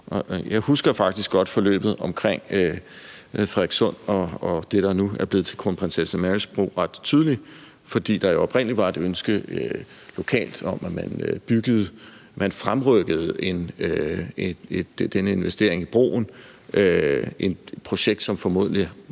Jeg husker faktisk ret tydeligt forløbet omkring det, der nu er blevet til Kronprinsesse Marys Bro, fordi der jo oprindelig var et ønske lokalt om, at man fremrykkede denne investering i broen, et projekt, der formodentlig ville